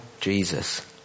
Jesus